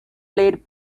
played